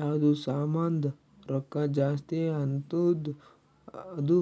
ಯಾವ್ದು ಸಾಮಾಂದ್ ರೊಕ್ಕಾ ಜಾಸ್ತಿ ಆತ್ತುದ್ ಅದೂ